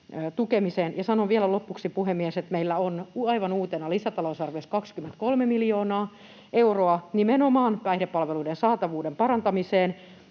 tukemiseen. Sanon vielä lopuksi, puhemies, että meillä on aivan uutena lisätalousarviossa 23 miljoonaa euroa nimenomaan päihdepalveluiden saatavuuden parantamiseen.